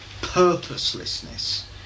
purposelessness